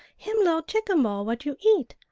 him li'l chicken-ball what you eat.